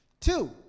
Two